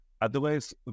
otherwise